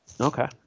Okay